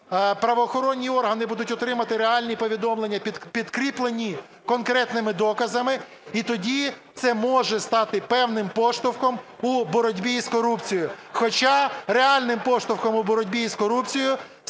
правоохоронні органи будуть отримувати реальні повідомлення, підкріплені конкретними доказами, і тоді це може стати певним поштовхом у боротьбі з корупцією.